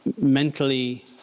mentally